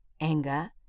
Anger